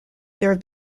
there